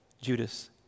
Judas